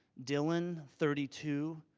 dylan thirty two,